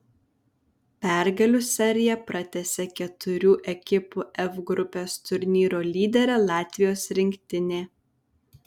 pergalių seriją pratęsė keturių ekipų f grupės turnyro lyderė latvijos rinktinė